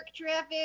traffic